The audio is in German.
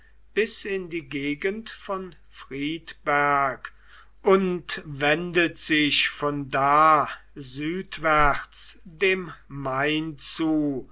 bis in die gegend von friedberg und wendet sich von da südwärts dem main zu